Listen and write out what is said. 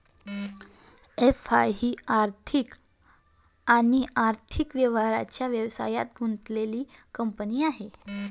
FI ही आर्थिक आणि आर्थिक व्यवहारांच्या व्यवसायात गुंतलेली कंपनी आहे